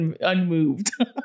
unmoved